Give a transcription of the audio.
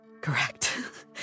correct